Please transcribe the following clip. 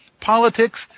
politics